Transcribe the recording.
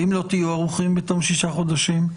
אם לא תהיו ערוכים בתום שישה חודשים?